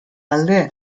alde